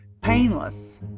painless